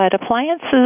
appliances